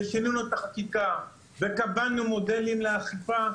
שינינו את החקיקה וקבענו מודלים לאכיפה.